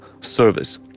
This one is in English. service